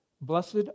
Blessed